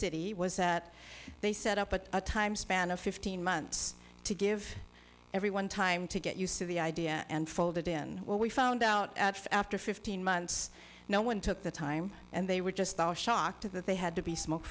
city was that they set up a time span of fifteen months to give everyone time to get used to the idea and folded in what we found out after fifteen months no one took the time and they were just shocked that they had to be